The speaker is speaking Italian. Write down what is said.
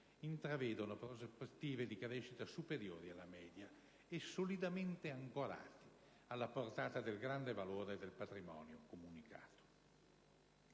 intravedono prospettive di crescita superiori alla media e solidamente ancorate alla portata del grande valore del patrimonio comunicato.